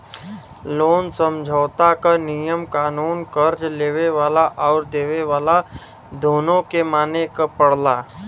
loan समझौता क नियम कानून कर्ज़ लेवे वाला आउर देवे वाला दोनों के माने क पड़ला